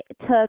took